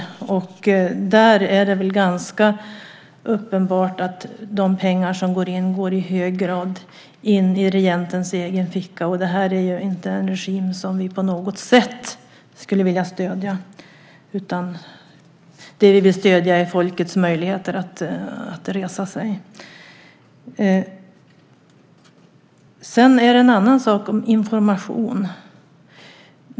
Där är det väl ganska uppenbart att de pengar som går in i hög grad går in i regentens egen ficka. Det är inte en regim som vi på något sätt skulle vilja stödja. Det vi vill stödja är folkets möjligheter att resa sig. En annan sak är information.